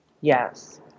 Yes